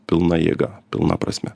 pilna jėga pilna prasme